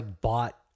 bought